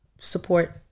support